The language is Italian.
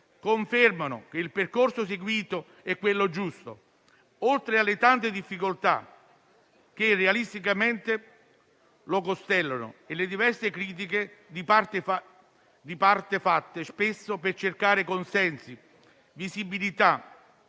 conferma che il percorso seguito è quello giusto, al di là delle tante difficoltà che realisticamente lo costellano e delle diverse critiche di parte, fatte spesso per cercare consensi e visibilità